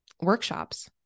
workshops